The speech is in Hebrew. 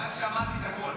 רק שמעתי את הקול.